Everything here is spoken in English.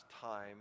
time